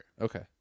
Okay